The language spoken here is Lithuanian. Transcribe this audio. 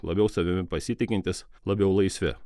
labiau savimi pasitikintys labiau laisvi